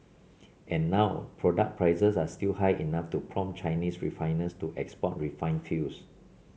and now product prices are still high enough to prompt Chinese refiners to export refined fuels